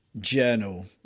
journal